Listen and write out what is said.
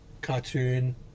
cartoon